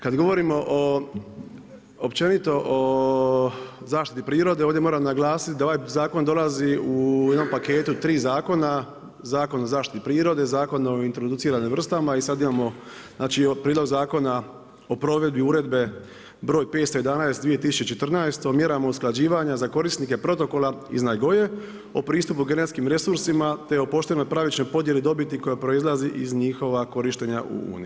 Kad govorimo o općenito o zaštiti prirode, ovdje moram glasiti da ovaj zakon dolazi u jednom paketu tri zakona, Zakon o zaštiti prirode, Zakon o introduciranim vrstama i sad imamo prijedlog zakona o provedbi uredbe, broj 511/2014 o mjerama usklađivanja za korisnike protoka iz Nagoye o pristupu genetskim resursima te o poštenoj pravičnoj podjeli dobiti koja proizlazi iz njihova korištenja u Uniji.